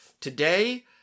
today